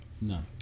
No